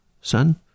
son